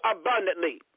abundantly